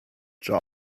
job